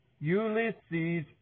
Ulysses